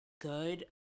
good